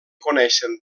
coneixen